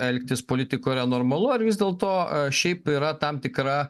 elgtis politikoj yra normalu ar vis dėlto šiaip yra tam tikra